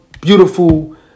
beautiful